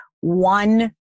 one